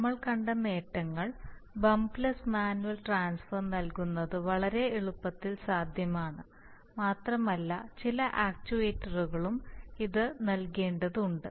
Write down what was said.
നമ്മൾ കണ്ട നേട്ടങ്ങൾ bumpless auto manual transfer നൽകുന്നത് വളരെ എളുപ്പത്തിൽ സാധ്യമാണ് മാത്രമല്ല ചില ആക്ച്യുവേറ്റർക്കും ഇത് നൽകേണ്ടതുണ്ട്